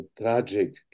tragic